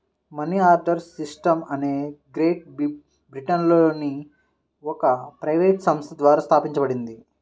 money order system అనేది great బ్రిటన్లోని ఒక ప్రైవేట్ సంస్థ ద్వారా స్థాపించబడింది